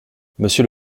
monsieur